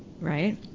right